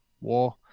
war